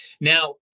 Now